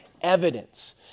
evidence